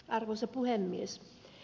arvoisa puhemies